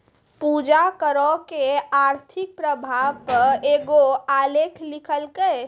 पूजा करो के आर्थिक प्रभाव पे एगो आलेख लिखलकै